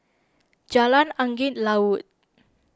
Jalan Angin Laut